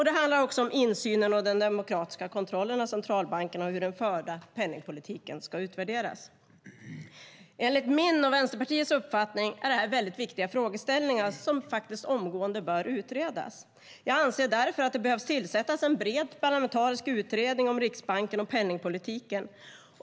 Det handlar också om insynen och den demokratiska kontrollen av centralbankerna och hur den förda penningpolitiken ska utvärderas. Enligt min och Vänsterpartiets uppfattning är det här väldigt viktiga frågeställningar som omgående bör utredas. Jag anser därför att det behöver tillsättas en bred parlamentarisk utredning om Riksbanken och penningpolitiken.